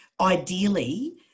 ideally